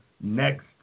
next